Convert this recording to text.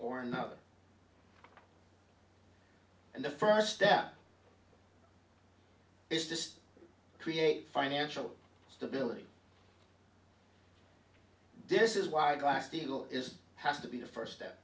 or another and the first step is just create financial stability this is why glass steagall is has to be the first step